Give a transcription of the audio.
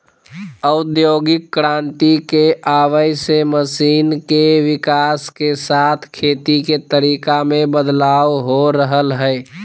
औद्योगिक क्रांति के आवय से मशीन के विकाश के साथ खेती के तरीका मे बदलाव हो रहल हई